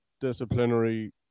disciplinary